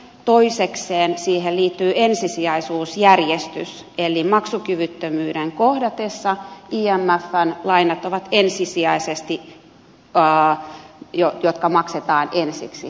toisekseen siihen liittyy ensisijaisuusjärjestys eli maksukyvyttömyyden kohdatessa imfn lainat maksetaan ensiksi